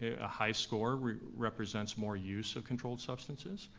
a high score represents more use of controlled substances,